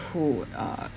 who uh